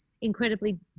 incredibly